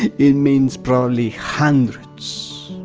it it means probably hundreds.